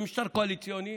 במשטר קואליציוני